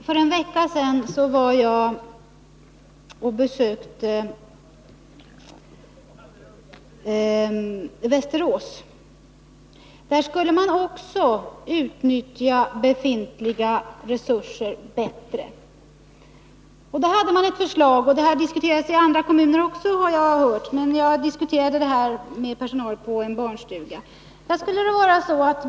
Herr talman! För en vecka sedan besökte jag Västerås. Också där skulle man utnyttja befintliga resurser bättre. Man hade ett förslag — och det har diskuterats i andra kommuner också, har jag hört. Jag talade med personal på en barnstuga om det här.